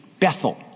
Bethel